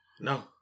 No